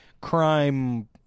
crime